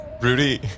Rudy